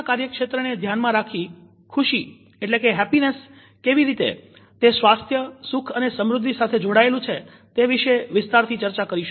ના કાર્યક્ષેત્રને ધ્યાનમાં રાખી ખુશી કેવીરીતે તે સ્વાસ્થ્ય સુખ અને સમૃદ્ધિ સાથે જોડાયેલું છે તે વિશે વિસ્તારથી ચર્ચા કરીશું